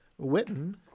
Witten